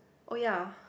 oh ya